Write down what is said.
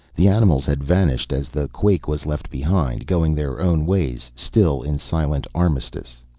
the animals had vanished as the quake was left behind, going their own ways, still in silent armistice.